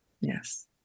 yes